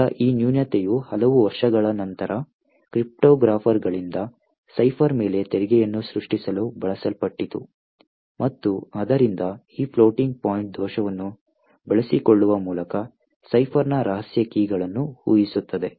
ಈಗ ಈ ನ್ಯೂನತೆಯು ಹಲವು ವರ್ಷಗಳ ನಂತರ ಕ್ರಿಪ್ಟೋಗ್ರಾಫರ್ಗಳಿಂದ ಸೈಫರ್ಗಳ ಮೇಲೆ ತೆರಿಗೆಯನ್ನು ಸೃಷ್ಟಿಸಲು ಬಳಸಲ್ಪಟ್ಟಿತು ಮತ್ತು ಆದ್ದರಿಂದ ಈ ಫ್ಲೋಟಿಂಗ್ ಪಾಯಿಂಟ್ ದೋಷವನ್ನು ಬಳಸಿಕೊಳ್ಳುವ ಮೂಲಕ ಸೈಫರ್ನ ರಹಸ್ಯ ಕೀಗಳನ್ನು ಊಹಿಸುತ್ತದೆ